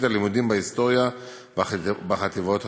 הלימודים בהיסטוריה בחטיבות העליונות.